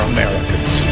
Americans